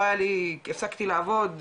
הפסקתי לעבוד,